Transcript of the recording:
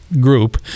group